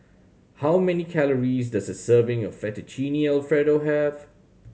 how many calories does a serving of Fettuccine Alfredo have